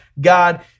God